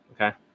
okay